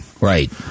right